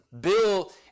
bill